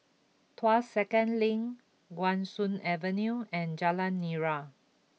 Tuas Second Link Guan Soon Avenue and Jalan Nira